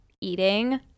eating